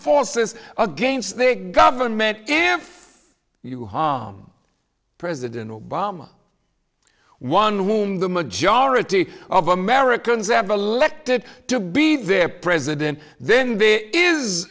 forces against the government if you harm president obama one whom the majority of americans have elected to be their president then there is